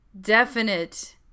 definite